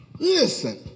listen